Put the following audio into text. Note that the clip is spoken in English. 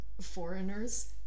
foreigners